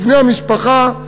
ובני המשפחה,